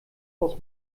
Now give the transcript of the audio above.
aus